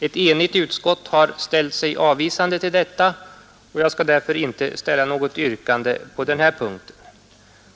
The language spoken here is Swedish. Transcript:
Ett enigt utskott har avvisat detta, och jag skall därför inte ställa något yrkande på den här punkten.